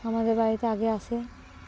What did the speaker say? আমাদের বাড়িতে আগে আসে